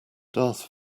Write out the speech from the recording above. darth